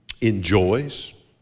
enjoys